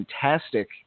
fantastic